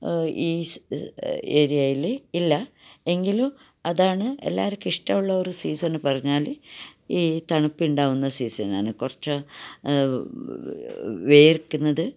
is ഏരിയായില് ഇല്ല എങ്കിലും അതാണ് എല്ലാവർക്കും ഇഷ്ടവുമുള്ള ഒരു സീസണ് പറഞ്ഞാല് ഈ തണുപ്പുണ്ടാകുന്ന സീസണാണ് കുറച്ച് വിയർക്കുന്നത്